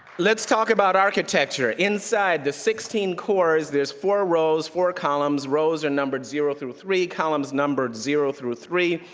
let's talk about architecture. inside the sixteen cores, there's four rows, four columns, rows are numbered zero through three, columns numbered zero through three,